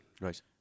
Right